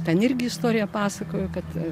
ten irgi istoriją pasakojo kad